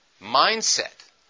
mindset